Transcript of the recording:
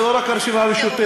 זה לא רק הרשימה המשותפת,